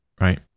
right